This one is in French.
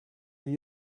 new